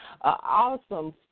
awesome